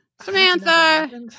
Samantha